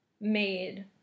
made